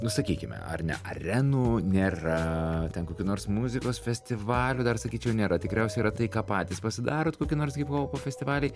nu sakykime ar ne arenų nėra ten kokių nors muzikos festivalių dar sakyčiau nėra tikriausiai yra tai ką patys pasidarot kokį nors hiphopo festivalį